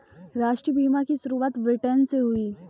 राष्ट्रीय बीमा की शुरुआत ब्रिटैन से हुई